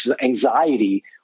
anxiety